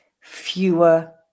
fewer